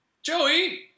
Joey